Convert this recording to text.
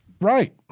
Right